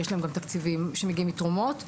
יש להם גם תקציבים שמגיעים מתרומות,